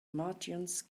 martians